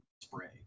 spray